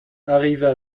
arrivent